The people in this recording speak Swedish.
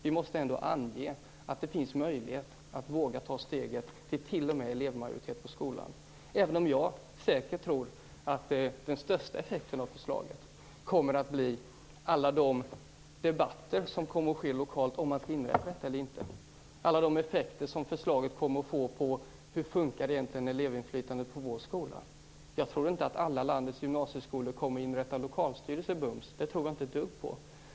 Vi måste ändå ange att det finns möjlighet att våga ta steget t.o.m. till elevmajoritet på skolan, även om jag säkert tror att den största effekten av förslaget kommer att bli alla de debatter som kommer att ske lokalt om huruvida man skall inrätta dessa styrelser eller inte. Förslaget kommer att få effekter på hur elevinflytandet egentligen fungerar på respektive skola. Jag tror inte att landets alla gymnasieskolor kommer att inrätta lokalstyrelser med det samma. Det tror jag inte ett dugg på.